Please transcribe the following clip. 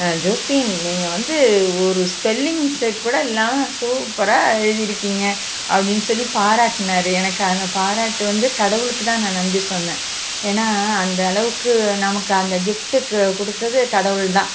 ஜோஸ்பீன் நீங்கள் வந்து ஒரு ஸ்பெல்லிங் மிஸ்ட்டேக் கூட இல்லாமல் சூப்பராக எழுதியிருக்கீங்க அப்படினு சொல்லி பாராட்டினாரு எனக்கு அந்த பாராட்டு வந்து கடவுளுக்கு தான் நான் நன்றி சொன்னேன் ஏன்னால் அந்த அளவுக்கு நமக்கு அந்த கிஃப்டுக்கு கொடுத்தது கடவுள் தான்